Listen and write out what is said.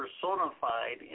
personified